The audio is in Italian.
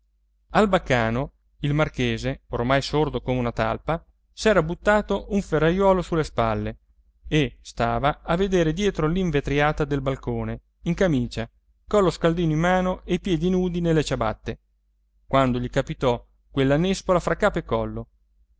al baccano il marchese oramai sordo come una talpa s'era buttato un ferraiuolo sulle spalle e stava a vedere dietro l'invetriata del balcone in camicia collo scaldino in mano e i piedi nudi nelle ciabatte quando gli capitò quella nespola fra capo e collo